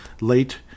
late